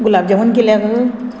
गुलाब jamun केल्याक